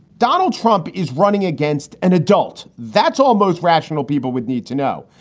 donald trump is running against an adult that's almost rational. people would need to know,